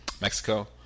Mexico